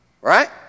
Right